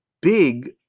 big